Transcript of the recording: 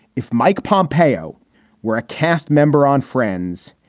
if mike pompeo were a cast member on friends,